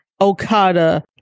Okada